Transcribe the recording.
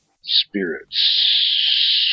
spirits